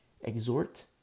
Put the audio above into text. exhort